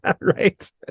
right